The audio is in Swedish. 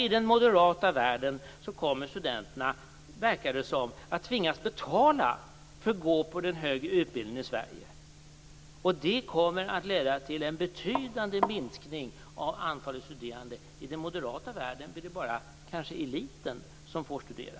I den moderata världen verkar det som att studenterna kommer att tvingas betala för att gå på den högre utbildningen i Sverige. Det kommer att leda till en betydande minskning av antalet studerande. I den moderata världen blir det kanske bara eliten som får studera.